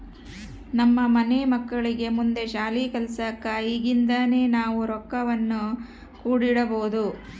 ನಮ್ಮ ಮನೆ ಮಕ್ಕಳಿಗೆ ಮುಂದೆ ಶಾಲಿ ಕಲ್ಸಕ ಈಗಿಂದನೇ ನಾವು ರೊಕ್ವನ್ನು ಕೂಡಿಡಬೋದು